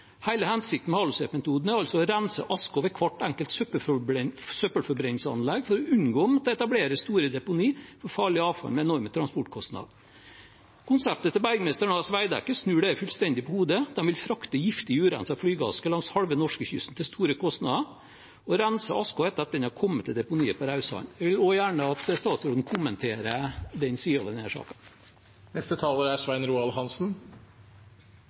Hele hensikten med HaloSep-metoden er altså å rense asken ved hvert enkelt søppelforbrenningsanlegg for å unngå å måtte etablere store deponi for farlig avfall med enorme transportkostnader. Konseptet til Bergmesteren AS og Veidekke snur dette fullstendig på hodet. De vil frakte giftig, urenset flygeaske langs halve norskekysten til store kostnader og rense asken etter at den har kommet til deponiet på Raudsand. Jeg vil gjerne at statsråden også kommenterer den